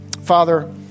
Father